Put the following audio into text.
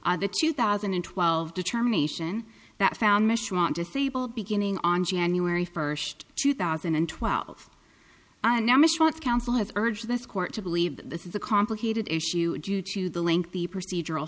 the two thousand and twelve determination that found michelin disabled beginning on january first two thousand and twelve and now mr arts council has urged this court to believe that this is a complicated issue due to the link the procedural